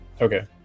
Okay